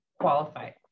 qualified